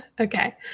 Okay